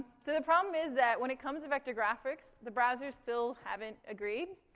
so the problem is that when it comes to vector graphics, the browsers still haven't agreed.